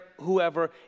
whoever